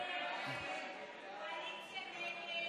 ההצעה להעביר לוועדה את הצעת חוק